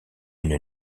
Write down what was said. une